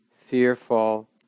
fearful